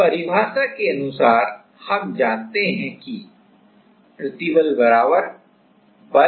अब परिभाषा के अनुसार हम जानते हैं कि प्रतिबल बलक्षेत्रफल